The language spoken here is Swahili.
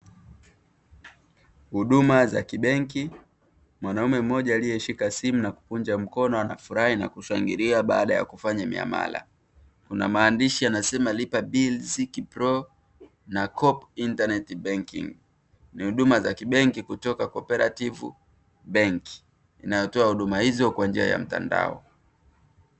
Huduma za kibenki, mwanaume mmoja aliyeshika simu na kukunja mkono anafurahi na kushangilia baada ya kufanya miamala. Kuna maandishi yanasema "Lipa bills Ki-pro na Co-op Internet Banking". Ni huduma za kibenki kutoka "CO-OPERATIVE BANK" inayotoa huduma hizo kwa njia ya mtandao.